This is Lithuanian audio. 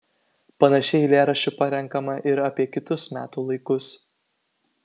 panašiai eilėraščių parenkama ir apie kitus metų laikus